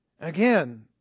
Again